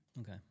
Okay